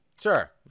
Sure